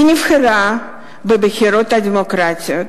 היא נבחרה בבחירות דמוקרטיות.